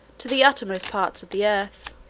to the uttermost parts of the earth